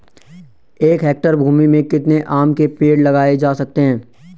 एक हेक्टेयर भूमि में कितने आम के पेड़ लगाए जा सकते हैं?